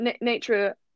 nature